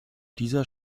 dieser